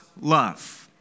Love